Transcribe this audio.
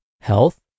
health